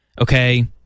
okay